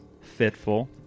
fitful